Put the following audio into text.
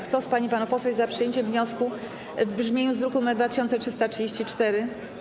Kto z pań i panów posłów jest za przyjęciem wniosku w brzmieniu z druku nr 2334?